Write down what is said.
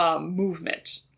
movement